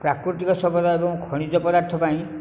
ପ୍ରାକୃତିକ ସମ୍ପଦ ଏବଂ ଖଣିଜ ପଦାର୍ଥ ପାଇଁ